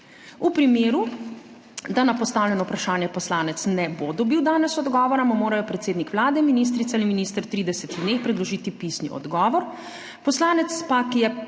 V primeru, da na postavljeno vprašanje poslanec ne bo dobil danes odgovora, mu morajo predsednik Vlade, ministrica ali minister v 30 dneh predložiti pisni odgovor, poslanec pa, ki je